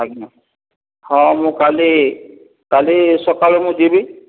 ଆଜ୍ଞା ହଁ ମୁଁ କାଲି କାଲି ସକାଳୁ ମୁଁ ଯିବି